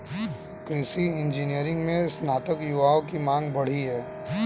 कृषि इंजीनियरिंग में स्नातक युवाओं की मांग बढ़ी है